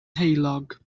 heulog